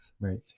Right